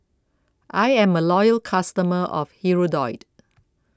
I am a loyal customer of Hirudoid